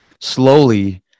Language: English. slowly